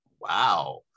wow